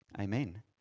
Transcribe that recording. Amen